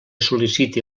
sol·liciti